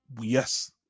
Yes